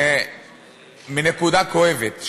מנקודה כואבת,